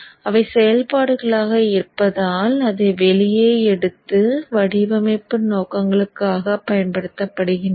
அவை செயல்பாடுகளாக இருப்பதால் அதை வெளியே எடுத்து வடிவமைப்பு நோக்கங்களுக்காகப் பயன்படுத்தப்படுகின்றன